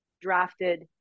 drafted